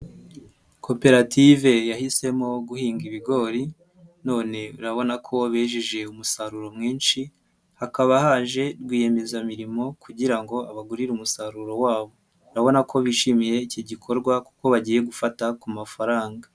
Koperative yahisemo guhinga ibigori none urabona ko bejeje umusaruro mwinshi, hakaba haje rwiyemezamirimo kugira ngo abagurire umusaruro wabo, urabona ko bishimiye iki gikorwa kuko bagiye gufata ku mafaranga.